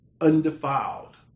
undefiled